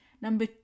number